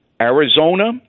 Arizona